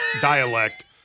dialect